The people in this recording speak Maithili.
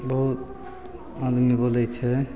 बहुत आदमी बोलय छै